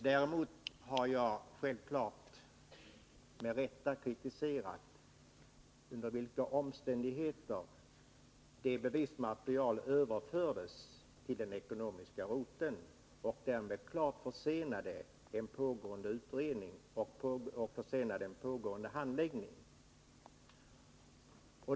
Däremot har jag självfallet med rätta kritiserat de omständigheter under vilka bevismaterialet överfördes till den ekonomiska roteln och därmed klart försenade pågående utredning och handläggning.